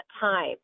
time